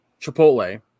Chipotle